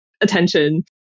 attention